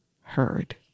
heard